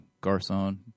Garcon